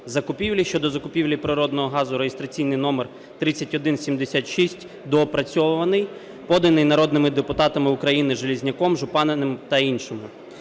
щодо закупівлі природного газу (реєстраційний номер 3176), доопрацьований, поданий народними депутатами України Железняком, Жупаниним та іншими.